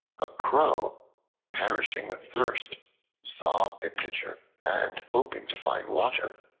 a crow perishing with thirst saw a pitcher, and hoping to find water,